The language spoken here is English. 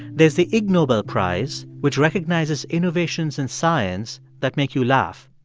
there's the ig nobel prize, which recognizes innovations in science that make you laugh.